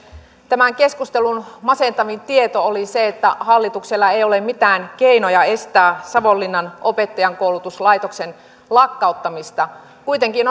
tämän keskustelun masentavin tieto oli se että hallituksella ei ole mitään keinoja estää savonlinnan opettajankoulutuslaitoksen lakkauttamista kuitenkin